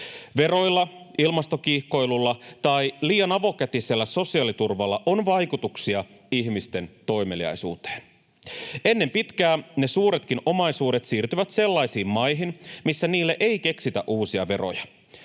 Veroilla, ilmastokiihkoilulla tai liian avokätisellä sosiaaliturvalla on vaikutuksia ihmisten toimeliaisuuteen. Ennen pitkää ne suuretkin omaisuudet siirtyvät sellaisiin maihin, missä niille ei keksitä uusia veroja,